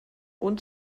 und